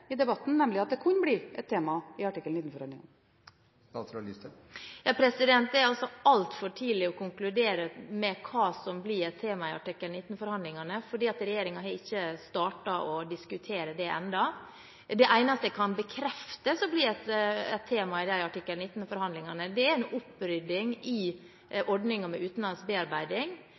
i debatten, nemlig at det kunne bli et tema i artikkel 19-forhandlingene? Det er altfor tidlig å konkludere med hva som blir et tema i artikkel 19-forhandlingene, for regjeringen har ikke startet å diskutere det ennå. Det eneste jeg kan bekrefte at blir et tema i artikkel 19-forhandlingene, er en opprydding i ordningen med utenlandsk bearbeiding,